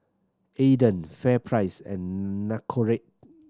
Aden FairPrice and Nicorette